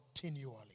continually